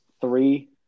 three